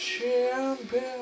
Champion